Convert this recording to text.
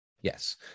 Yes